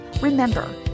Remember